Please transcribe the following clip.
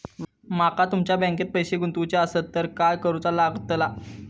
माका तुमच्या बँकेत पैसे गुंतवूचे आसत तर काय कारुचा लगतला?